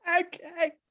Okay